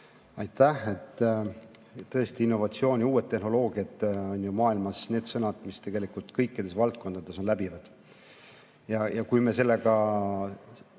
Aitäh! Tõesti, innovatsioon ja uued tehnoloogiad on maailmas need sõnad, mis tegelikult kõikides valdkondades on läbivad. Kui me sellega